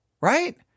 right